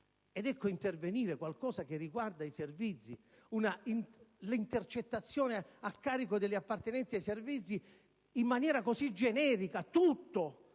Ed ecco intervenire qualcosa che riguarda i Servizi - l'intercettazione a carico degli appartenenti ai Servizi - in maniera generica, che